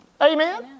Amen